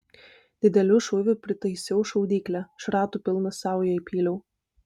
dideliu šūviu pritaisiau šaudyklę šratų pilną saują įpyliau